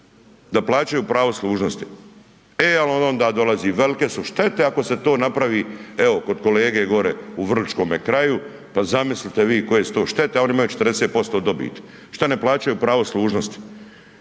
da plaćaju pravo služnosti e ali onda dolazi velike su štete ako se to napravi evo kod kolege gore u vrličkom kraju, pa zamislite vi koje su to štete a oni imaju 40% dobiti, šta ne plaćaju pravo služnosti.